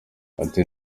ati